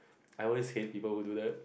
I always hate people who do that